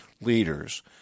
leaders